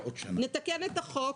נתקן את החוק